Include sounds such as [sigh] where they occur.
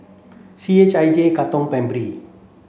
C H I J Katong [unintelligible]